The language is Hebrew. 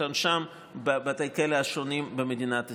עונשם בבתי הכלא השונים במדינת ישראל.